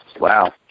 Wow